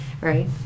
Right